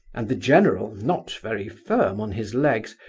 and the general, not very firm on his legs,